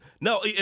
No